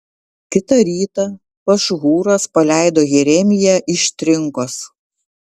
kitą rytą pašhūras paleido jeremiją iš trinkos